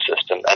system